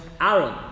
Aaron